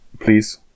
Please